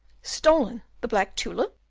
stolen! the black tulip?